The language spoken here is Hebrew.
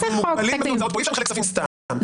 אי אפשר לחלק כספים סתם.